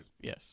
Yes